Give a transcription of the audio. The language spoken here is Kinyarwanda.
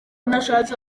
nashatse